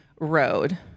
road